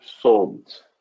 salt